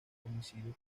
homicidio